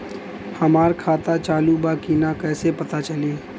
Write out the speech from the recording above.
हमार खाता चालू बा कि ना कैसे पता चली?